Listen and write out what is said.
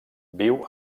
viu